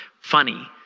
funny